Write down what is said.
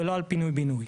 ולא על פינוי בינוי,